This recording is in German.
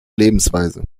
lebensweise